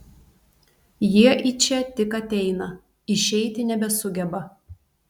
jie į čia tik ateina išeiti nebesugeba